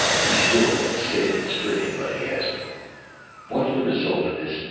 he still looked sick and stricken. but he asked what's the result of this.